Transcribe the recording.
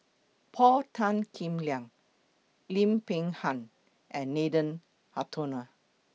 Paul Tan Kim Liang Lim Peng Han and Nathan Hartono